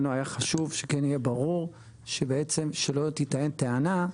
לנו היה חשוב שכן יהיה ברור שלא תיטען טענה.